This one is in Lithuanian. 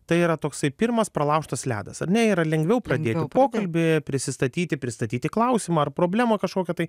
tai yra toksai pirmas pralaužtas ledas ar ne yra lengviau pradėti pokalbį prisistatyti pristatyti klausimą ar problemą kažkokią tai